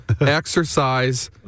exercise